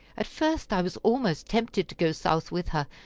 at first i was almost tempted to go south with her,